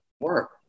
work